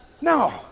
No